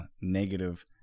negative